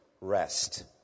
rest